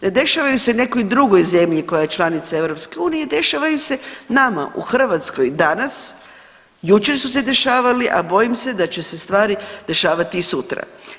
Ne dešavaju se nekoj drugoj zemlji koja je članica EU i dešavaju se nama u Hrvatskoj, danas, jučer su se dešavali, a bojim se da će se stvari dešavati i sutra.